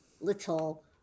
little